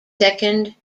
second